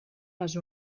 les